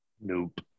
Nope